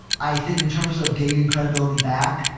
i think in terms of gaining credibility back,